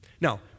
Now